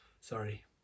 sorry